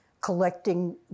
collecting